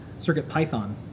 CircuitPython